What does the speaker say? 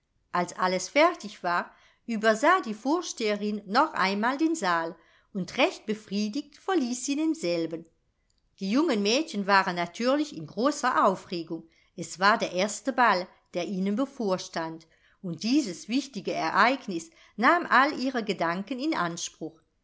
als alles fertig war übersah die vorsteherin noch einmal den saal und recht befriedigt verließ sie denselben die jungen mädchen waren natürlich in großer aufregung es war der erste ball der ihnen bevorstand und dieses wichtige ereignis nahm all ihre gedanken in anspruch